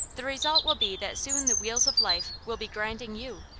the result will be that soon the wheels of life will be grinding you,